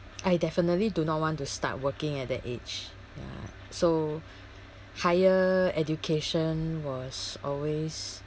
I definitely do not want to start working at that age ya so higher education was always